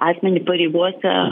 asmenį pareigose